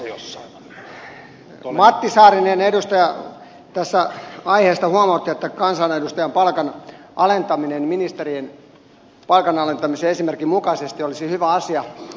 edustaja matti saarinen tässä aiheesta huomautti että kansanedustajan palkan alentaminen ministerien palkan alentamisen esimerkin mukaisesti olisi hyvä asia